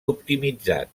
optimitzat